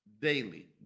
daily